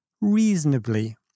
reasonably